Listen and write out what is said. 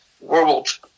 World